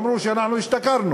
אמרו: אנחנו השתכרנו.